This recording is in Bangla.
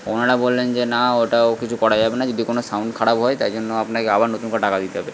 ওনারা বললেন যে না ওটা ও কিছু করা যাবে না যদি কোনো সাউন্ড খারাপ হয় তাই জন্য আপনাকে আবার নতুন করে টাকা দিতে হবে